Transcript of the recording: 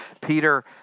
Peter